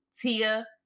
Tia